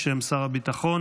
בשם שר הביטחון,